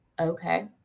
Okay